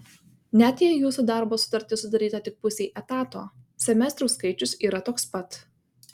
net jei jūsų darbo sutartis sudaryta tik pusei etato semestrų skaičius yra toks pat